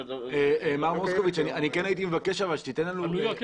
מר מוסקוביץ, אני כן הייתי מבקש שתיתן לנו עלויות.